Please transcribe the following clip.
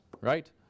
right